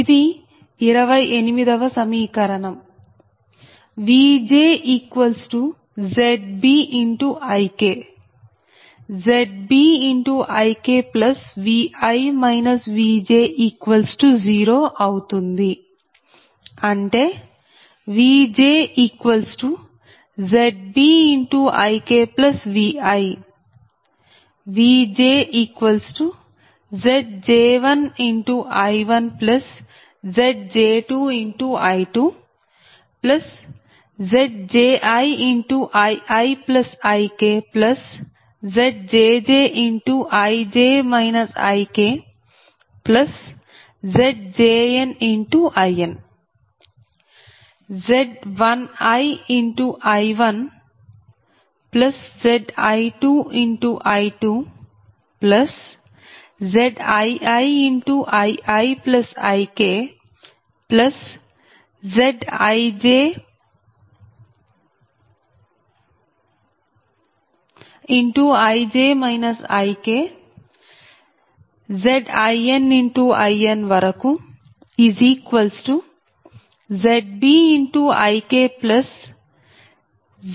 ఇది 28 వ సమీకరణం Vj ZbIk ZbIkVi Vj0 అవుతుంది అంటే VjZbIkVi